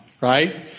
right